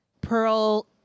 Pearl